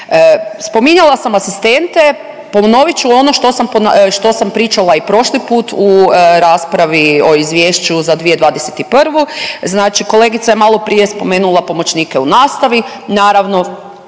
Spominjala sam asistente. Ponovit ću ono što sam pričala i prošli put u raspravi o Izvješću za 2021. Znači kolegica je malo prije spomenula pomoćnike u nastavi. Naravno